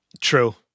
True